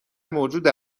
موجود